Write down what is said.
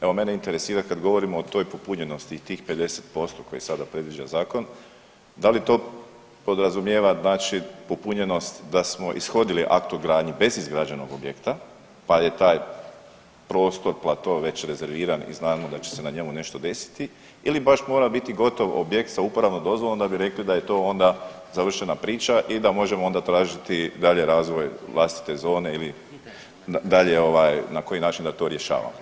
Evo, mene interesira, kad govorimo o toj popunjenosti i tih 50% koje sada predviđa Zakon, da li to podrazumijeva znači popunjenost da smo ishodili akt o gradnji bez izgrađenog objekta pa je taj prostor, plato već rezerviran i znamo da će se na njemu nešto desiti ili baš mora biti govor objekt sa uporabnom dozvolom da bi rekli da je to onda završena priča i da možemo onda tražiti dalje razvoj vlastite zone ili dalje ovaj, na koji način da to rješavamo?